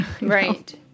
Right